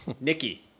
Nikki